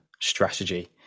strategy